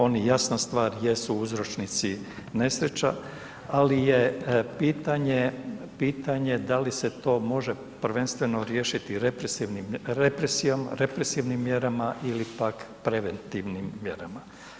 Oni jasna stvar, jesu uzročnici nesreća ali je pitanje da li se to može prvenstveno riješiti represivnim mjerama ili pak preventivnim mjerama.